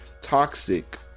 Toxic